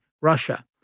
Russia